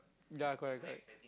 ya correct correct